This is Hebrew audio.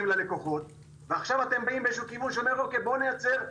ללקוחות ועכשיו אתם באים עם איזשהו כיוון שאומר: בואו נייצר,